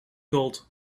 gold